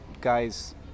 guys